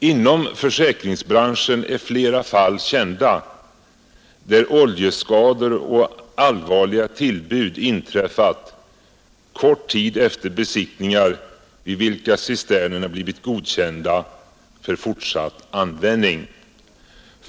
Inom försäkringsbranschen är flera fall kända där oljeskador och allvarliga tillbud inträffat kort tid efter besiktningar vid vilka cisternerna blivit godkända för fortsatt användning.